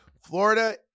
Florida